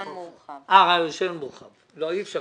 לעומת זאת,